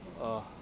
uh